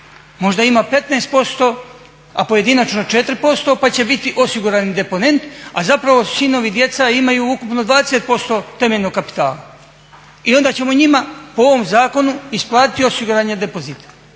Možda ima 15% a pojedinačno 4% pa će biti osigurani deponent, a zapravo sinovi, djeca imaju ukupno 20% temeljnog kapitala i onda ćemo njima po ovom zakonu isplatiti osiguranje depozita